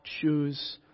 choose